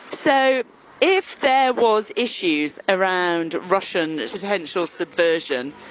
so if there was issues around russian potential subversion,